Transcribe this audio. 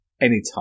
anytime